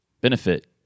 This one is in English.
benefit